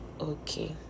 okay